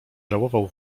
żałował